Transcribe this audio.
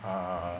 err